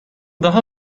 daha